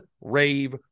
Rave